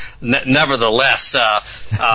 nevertheless